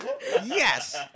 Yes